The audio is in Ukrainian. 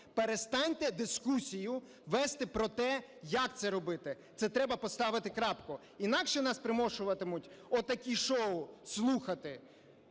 перестаньте дискусію вести про те, як це робити. Це треба поставити крапку. Інакше нас примушуватимуть от такі шоу слухати